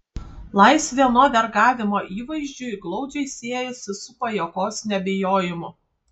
laisvė nuo vergavimo įvaizdžiui glaudžiai siejasi su pajuokos nebijojimu